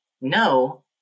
No